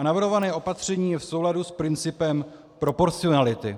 Navrhované opatření je v souladu s principem proporcionality.